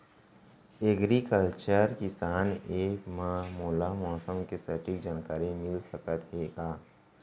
Agriculture किसान app मा मोला मौसम के सटीक जानकारी मिलिस सकत हे का?